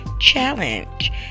Challenge